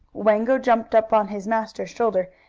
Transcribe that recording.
wango jumped up on his master's shoulder,